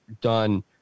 done